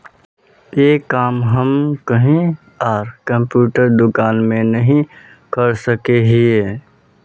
ये काम हम कहीं आर कंप्यूटर दुकान में नहीं कर सके हीये?